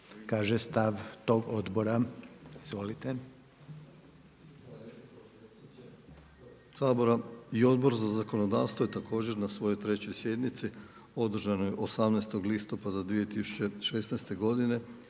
naknadno uključen./… Sabora i Odbor za zakonodavstvo je također na svojoj trećoj sjednici održanoj 18. listopada 2016. godine